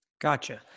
Gotcha